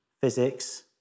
physics